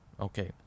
Okay